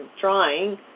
trying